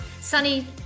Sunny